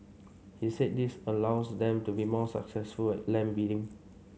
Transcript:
he said this allows them to be more successful at land bidding